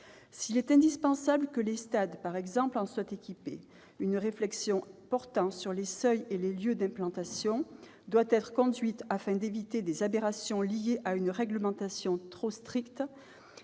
S'il est indispensable que les stades, par exemple, soient équipés de défibrillateurs, une réflexion portant sur les seuils et les lieux d'implantation doit être conduite afin d'éviter des aberrations liées à une réglementation trop stricte,